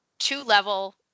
two-level